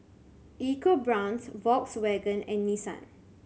EcoBrown's Volkswagen and Nissan